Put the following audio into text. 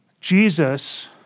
Jesus